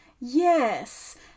Yes